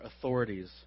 authorities